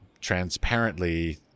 transparently